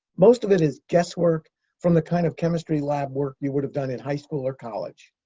most of it is guesswork from the kind of chemistry lab work you would have done in high school or college.